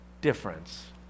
difference